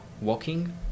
walking